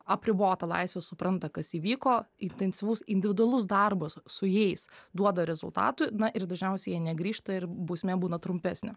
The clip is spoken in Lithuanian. apribota laisvė supranta kas įvyko intensyvus individualus darbas su jais duoda rezultatų na ir dažniausiai jie negrįžta ir bausmė būna trumpesnė